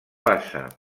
bassa